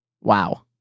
Wow